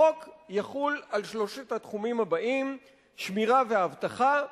החוק יחול על שלושת התחומים הבאים: שמירה ואבטחה,